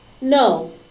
No